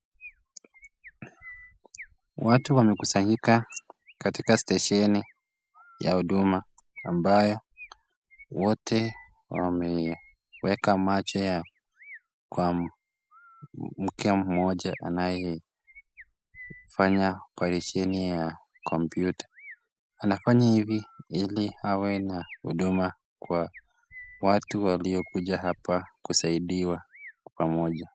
Watu wamekusanyika katika stesheni ya huduma, ambayo wote wameweka macho yao kwa mke mmoja anayefanya operesheni ya kompyuta. Anafanya hivi ili awe na huduma kwa watu waliokuja hapa kusaidiwa kwa pamoja.